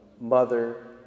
mother